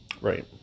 Right